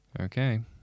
Okay